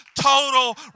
total